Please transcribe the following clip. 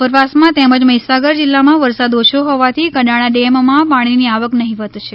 ઉપરવાસમાં તેમજ મહીસાગર જિલ્લામાં વરસાદ ઓછો હોવાથી કડાણા ડેમમાં પાણીની આવક નહિવત છે